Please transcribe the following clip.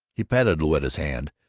he patted louetta's hand,